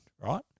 right